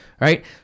right